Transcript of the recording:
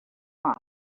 off